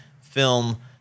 film